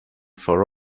for